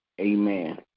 amen